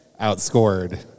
outscored